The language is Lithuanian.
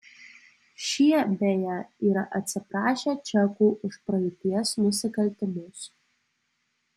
šie beje yra atsiprašę čekų už praeities nusikaltimus